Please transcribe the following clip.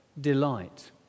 delight